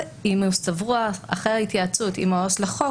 אם אחרי ההתייעצות עם העו"ס לחוק,